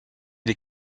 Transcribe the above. les